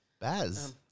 Baz